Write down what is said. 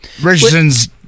Richardson's